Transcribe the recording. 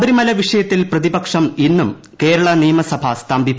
ശബരിമല വിഷയത്തിൽ പ്രതിപക്ഷം ഇന്നും കേരള നിയമസഭ സ്തംഭിപ്പിച്ചു